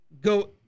Go